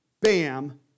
bam